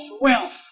wealth